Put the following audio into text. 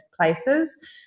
places